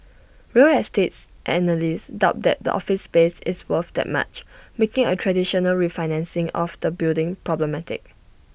real estates analysts doubt that the office space is worth that much making A traditional refinancing of the building problematic